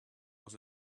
was